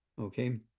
Okay